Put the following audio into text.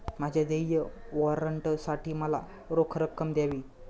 माझ्या देय वॉरंटसाठी मला रोख रक्कम द्यावी